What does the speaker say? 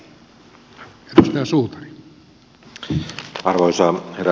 arvoisa herra puhemies